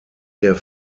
der